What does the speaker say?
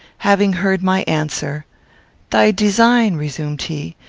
having heard my answer thy design, resumed he,